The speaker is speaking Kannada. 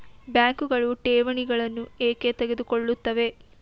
ಬ್ಯಾಂಕುಗಳು ಠೇವಣಿಗಳನ್ನು ಏಕೆ ತೆಗೆದುಕೊಳ್ಳುತ್ತವೆ?